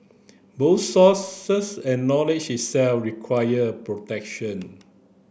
both sources and knowledge itself require protection